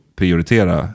prioritera